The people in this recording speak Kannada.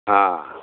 ಹಾಂ